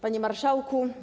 Panie Marszałku!